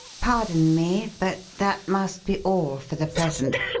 pardon me, but that must be all for the present.